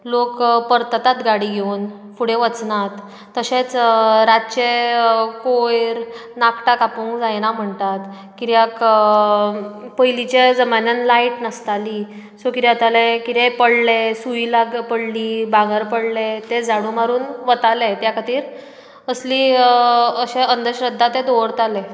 लोक परततात गाडी घेवन फुडें वचनात तशेंच रातचें कोयर नाखटां कापूंक जायनां म्हणटात कित्याक पयलीच्या जमान्यांत लायट नासताली सो कितें जाताले कितें पडलें सूय बी पडली भांगर पडलें तें झाडू मारुन वतालें त्या खातीर असली अशें अंदश्रध्दा तें दवरतालें